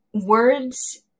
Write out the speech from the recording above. words